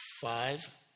five